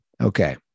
Okay